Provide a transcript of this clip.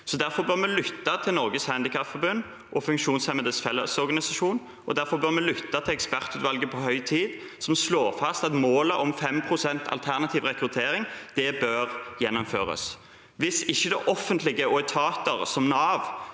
Derfor bør vi lytte til Norges Handikapforbund og Funksjonshemmedes Fellesorganisasjon, og derfor bør vi lytte til ekspertutvalgets utredning På høy tid, som slår fast at målet om 5 pst. alternativ rekruttering bør gjennomføres. Hvis det offentlige og etater som Nav,